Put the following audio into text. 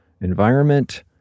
environment